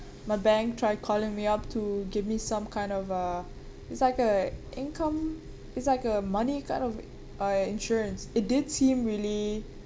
my bank tried calling me up to give me some kind of uh it's like a income it's like a money kind of uh insurance it did seem really